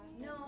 No